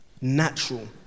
natural